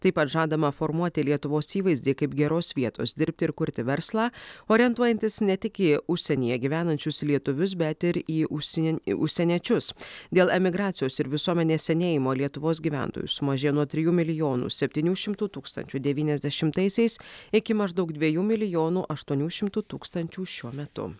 taip pat žadama formuoti lietuvos įvaizdį kaip geros vietos dirbti ir kurti verslą orientuojantis ne tik į užsienyje gyvenančius lietuvius bet ir į užsien į užsieniečius dėl emigracijos ir visuomenės senėjimo lietuvos gyventojų sumažėjo nuo trijų milijonų septynių šimtų tūkstančių devyniasdešimtaisiais iki maždaug dviejų milijonų aštuonių šimtų tūkstančių šiuo metu